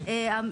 ,